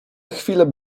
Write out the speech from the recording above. chwile